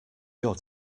your